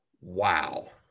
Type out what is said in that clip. Wow